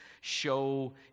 show